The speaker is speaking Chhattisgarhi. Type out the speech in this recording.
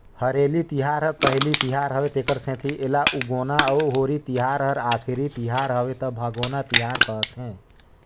हरेली तिहार हर पहिली तिहार हवे तेखर सेंथी एला उगोना अउ होरी तिहार हर आखरी तिहर हवे त भागोना तिहार कहथें